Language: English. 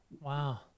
Wow